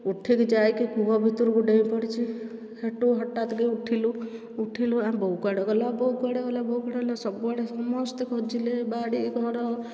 ଉଠିକି ଯାଇକି କୂଅ ଭିତରକୁ ଡେଇଁପଡ଼ିଚି ସେଠୁ ହଠାତ କି ଉଠିଲୁ ଉଠିଲୁ ବୋଉ କୁଆଡ଼େ ଗଲା ବୋଉ କୁଆଡ଼େ ଗଲା ବୋଉ କୁଆଡ଼େ ଗଲା ସବୁଆଡ଼େ ସମସ୍ତେ ଖୋଜିଲେ ବାଡ଼ି ଘର